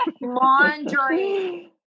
laundry